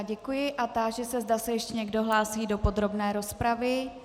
Děkuji a táži se, zda se ještě někdo hlásí do podrobné rozpravy.